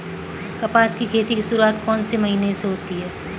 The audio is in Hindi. कपास की खेती की शुरुआत कौन से महीने से होती है?